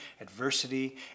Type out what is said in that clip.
adversity